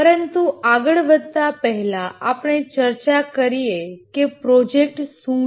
પરંતુ આગળ વધતા પહેલા આપણે ચર્ચા કરીએ કે પ્રોજેક્ટ શું છે